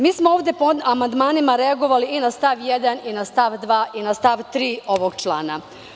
Mi smo ovde po amandmani reagovali i na stav 1. i na stav 2. i na stav 3. ovog člana.